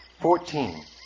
Fourteen